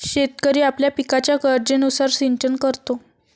शेतकरी आपल्या पिकाच्या गरजेनुसार सिंचन करतो